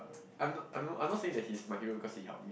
I'm I'm I'm not saying that he's my hero because he helped